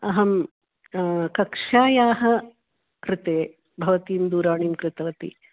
अहं कक्षायाः कृते भवतीं दूरवाणीं कृतवती